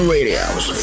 Radio's